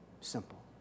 Simple